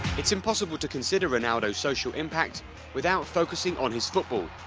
it's impossible to consider ronaldo's social impact without focusing on his football.